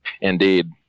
Indeed